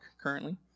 currently